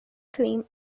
claim